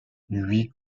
huit